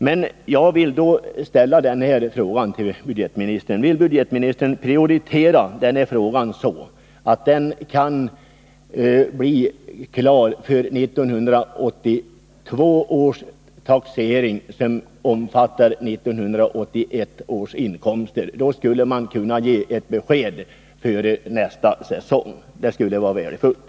Jag vill emellertid ställa denna fråga till budgetministern: Vill budgetministern prioritera den här frågan så, att det kommer att finnas regler till 1982 års taxering, som avser 1981 års inkomster? I så fall skulle man kunna ge ett besked före nästa säsong — det skulle vara värdefullt.